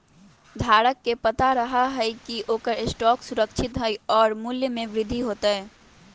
धारक के पता रहा हई की ओकर स्टॉक सुरक्षित हई और मूल्य में वृद्धि होतय